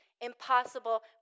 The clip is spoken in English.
impossible